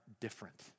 different